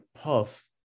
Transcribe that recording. Puff